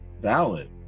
Valid